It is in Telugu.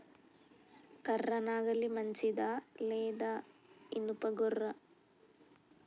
కర్ర నాగలి మంచిదా లేదా? ఇనుప గొర్ర?